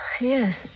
Yes